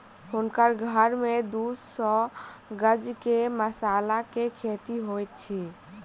हुनकर घर के दू सौ गज में मसाला के खेती होइत अछि